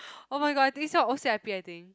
oh-my-god this o_c_i_p I think